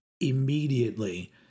immediately